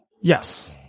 Yes